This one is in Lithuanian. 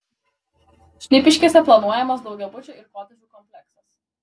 šnipiškėse planuojamas daugiabučio ir kotedžų kompleksas